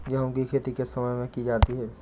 गेहूँ की खेती किस मौसम में की जाती है?